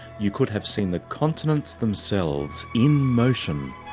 you could have seen the continents themselves in motion,